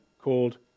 called